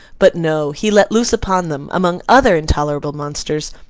but no he let loose upon them, among other intolerable monsters,